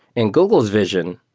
and google's vision,